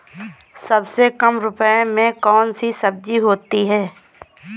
सबसे कम रुपये में कौन सी सब्जी होती है?